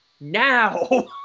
now